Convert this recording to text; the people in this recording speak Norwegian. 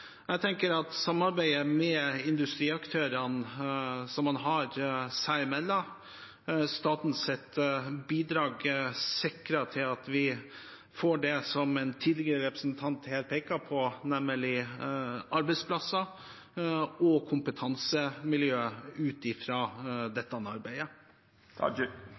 Jeg tenker at samarbeidet industriaktørene imellom og statens bidrag sikrer at vi får det som en representant her tidligere pekte på, nemlig arbeidsplasser og kompetansemiljø ut fra dette arbeidet.